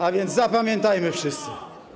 A więc zapamiętajmy wszyscy.